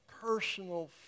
personal